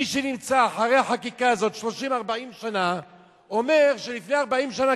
מי שנמצא אחרי החקיקה הזאת 40-30 שנה אומר שלפני 40 שנה,